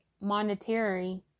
monetary